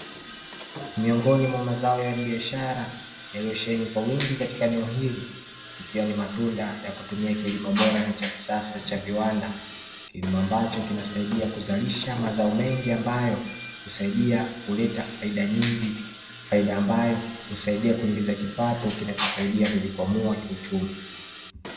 Miongoni mwa mazao ya biashara yaliyosheheni kwa wingi katika eneo hili, ikiwa ni matunda ya kutumia kilimo bora na cha kisasa cha viwanda kilima ambacho kinasaidia kuzalisha mazao mengi ambayo husaidia kuleta faida nyingi, faida ambayo husaidia kuingiza kipato kinachosaidia kujikwamua kiuchumi.